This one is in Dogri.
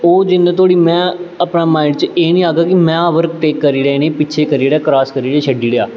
ओह् जिन्ने धोड़ी में अपने माइंड च एह् निं आखगा कि में ओवरटेक करी ओड़ेआ इ'नें गी पिच्छें करी ओड़ेआ क्रास करी ओड़ेआ छड्डी ओड़ेआ